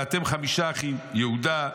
ואתם חמישה אחים: יהודה,